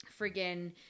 friggin